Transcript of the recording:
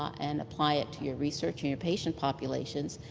and apply it to your research and your patient population,